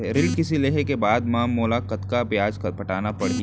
कृषि ऋण लेहे के बाद म मोला कतना ब्याज पटाना पड़ही?